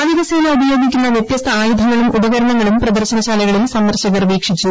നാവികസേന ഉപയോഗിക്കുന്ന വൃത്യസ്ത ആയുധങ്ങളും ഉപകരണങ്ങളും പ്രദർശനശാലകളിൽ സന്ദർശകർ വീക്ഷിച്ചു